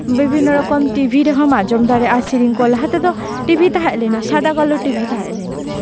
ᱵᱤᱵᱷᱤᱱᱱᱚ ᱨᱚᱠᱚᱢ ᱴᱤᱵᱷᱤ ᱨᱮᱦᱚᱢ ᱟᱸᱡᱚᱢ ᱫᱟᱲᱮᱭᱟᱜᱼᱟ ᱥᱮᱨᱮᱧ ᱠᱚ ᱞᱟᱦᱟ ᱛᱮᱫᱚ ᱴᱤᱵᱷᱤ ᱛᱟᱦᱮᱸ ᱞᱮᱱᱟ ᱥᱟᱫᱟ ᱠᱟᱞᱳ ᱴᱤᱵᱷᱤ ᱛᱟᱦᱮᱸ ᱞᱮᱱᱟ